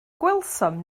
gwelsom